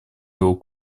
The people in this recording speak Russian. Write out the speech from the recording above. его